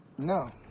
no.